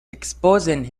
exposing